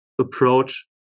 approach